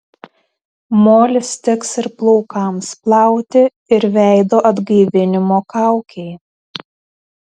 molis tiks ir plaukams plauti ir veido atgaivinimo kaukei